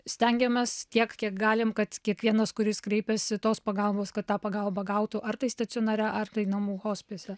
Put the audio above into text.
stengiamės tiek kiek galim kad kiekvienas kuris kreipiasi tos pagalbos kad tą pagalbą gautų ar tai stacionare ar tai namų hospise